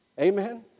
Amen